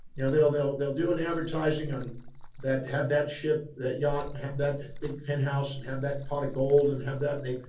you know they'll, they'll, they'll do an advertising on that, have that ship, that yacht and have that big penthouse and have that pot of gold and have that. and they,